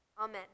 Amen